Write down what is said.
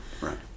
Right